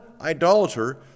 idolater